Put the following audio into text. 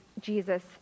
Jesus